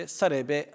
sarebbe